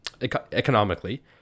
economically